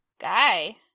Guy